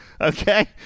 okay